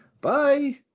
bye